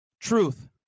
truth